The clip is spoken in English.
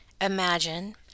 imagine